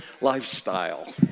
lifestyle